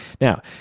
Now